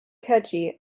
catchy